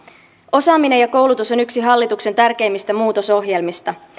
osaaminen ja koulutus on yksi hallituksen tärkeimmistä muutosohjelmista